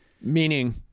Meaning